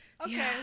Okay